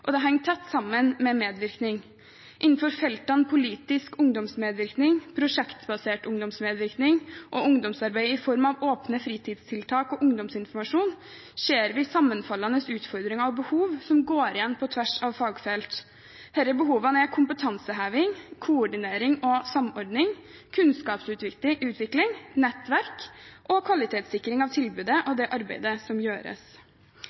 og det henger tett sammen med medvirkning. Innenfor feltene politisk ungdomsmedvirkning, prosjektbasert ungdomsmedvirkning og ungdomsarbeid i form av åpne fritidstiltak og ungdomsinformasjon ser vi sammenfallende utfordringer og behov som går igjen på tvers av fagfelt. Disse behovene er kompetanseheving, koordinering og samordning, kunnskapsutvikling, nettverk og kvalitetssikring av tilbudet og det arbeidet som gjøres.